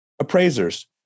Appraisers